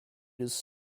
his